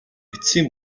эцсийн